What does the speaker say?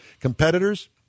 Competitors